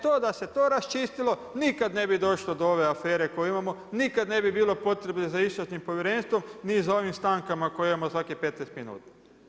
To, e to da se to raščistilo nikad ne bi došlo do ove afere koju imamo, nikad ne bi bilo potrebe za Istražnim povjerenstvom ni za ovim stankama koje imamo svakih 15 minuta.